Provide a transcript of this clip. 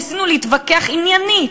ניסינו להתווכח עניינית,